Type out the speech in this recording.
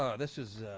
ah this is